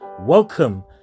welcome